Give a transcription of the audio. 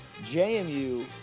JMU